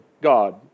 God